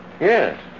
Yes